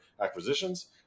acquisitions